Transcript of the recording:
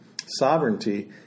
sovereignty